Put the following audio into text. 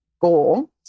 goal